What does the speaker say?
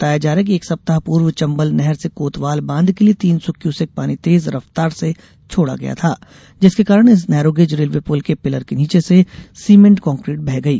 बताया जा रहा है कि एक सप्ताह पूर्व चंबल नहर से कोतवाल बांध के लिये तीन सौ क्यूसेक पानी तेज रफ्तार से छोड़ा गया था जिसके कारण इस नैरोगेज रेलवे पुल के पिलर के नीचे से सीमेंट कंक्रीट बह गई